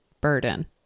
burden